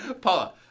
Paula